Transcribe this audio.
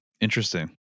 Interesting